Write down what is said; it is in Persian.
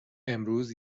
امروز